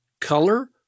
color